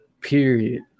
period